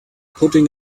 putting